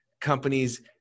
companies